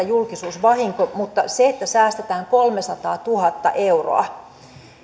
julkisuusvahinko mutta onko se että säästetään kolmesataatuhatta euroa